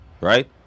right